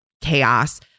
chaos